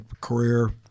career